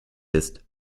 ist